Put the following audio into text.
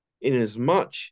inasmuch